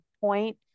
point